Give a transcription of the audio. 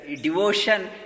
devotion